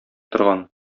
торган